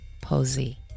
Posey